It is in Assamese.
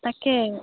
তাকে